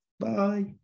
bye